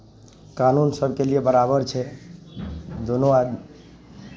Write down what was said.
कानून सभके लिए बराबर छै दुनू आदमी